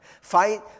Fight